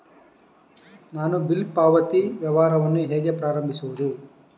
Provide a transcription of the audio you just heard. ನಾನು ಬಿಲ್ ಪಾವತಿ ವ್ಯವಹಾರವನ್ನು ಹೇಗೆ ಪ್ರಾರಂಭಿಸುವುದು?